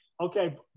Okay